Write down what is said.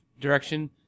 direction